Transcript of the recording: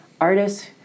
artists